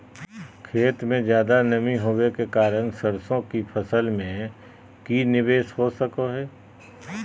खेत में ज्यादा नमी होबे के कारण सरसों की फसल में की निवेस हो सको हय?